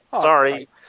Sorry